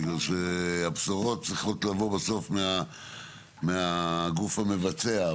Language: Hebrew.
כי הבשורות צריכות לבוא בסוף מהגוף המבצע,